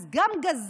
אז גם גזלת